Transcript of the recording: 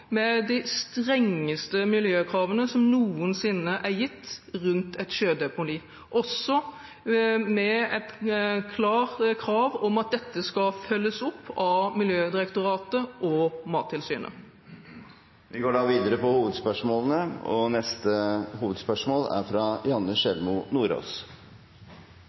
med de strengeste miljøkravene som noensinne er gitt rundt et sjødeponi – også med et klart krav om at dette skal følges opp av Miljødirektoratet og Mattilsynet. Vi går